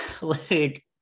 like-